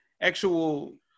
actual